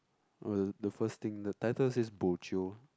oh the the first thing the title says bo jio